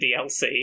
DLC